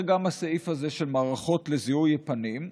גם הסעיף הזה של מערכות לזיהוי פנים,